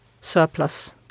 surplus